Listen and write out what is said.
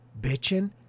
bitching